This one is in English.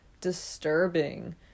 disturbing